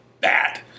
bad